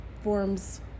forms